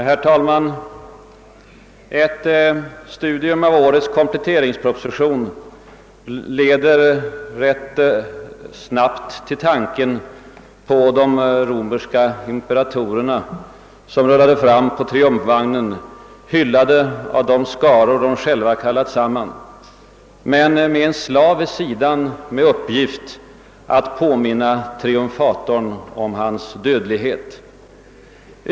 Herr talman! Ett studium av årets kompletteringsproposition leder rätt snart till tanken på de romerska imperatorerna, som rullade fram på triumfvagnen, hyllade av de skaror de själva kallat samman, men med en slav vid sidan med uppgift att påminna triumfatorn om hans dödlighet.